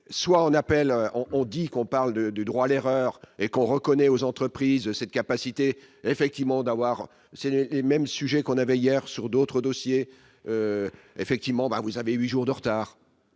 on dit qu'on parle de du droit à l'erreur et qu'on reconnaît aux entreprises de cette capacité, effectivement, d'avoir cédé mêmes sujets qu'on avait hier sur d'autres dossiers, effectivement vous avez 8 jours de retard.